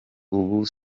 ubu